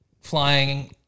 flying